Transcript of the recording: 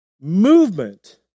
movement